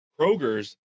Kroger's